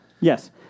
Yes